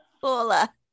Hola